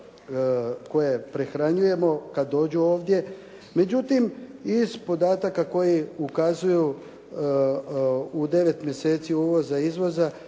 koje prehranjujemo kada dođu ovdje. Međutim iz podataka koji ukazuju u 9 mjeseci uvoza-izvoza,